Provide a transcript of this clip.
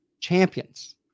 champions